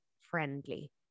friendly